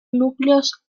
núcleos